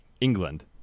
England